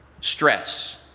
Stress